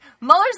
Mueller's